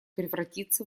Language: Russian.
превратиться